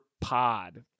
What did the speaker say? Pod